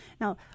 Now